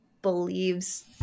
believes